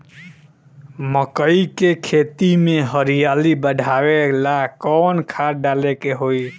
मकई के खेती में हरियाली बढ़ावेला कवन खाद डाले के होई?